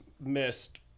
missed